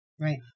right